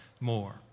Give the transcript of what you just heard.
more